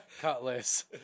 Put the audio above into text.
cutlass